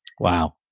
Wow